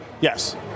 Yes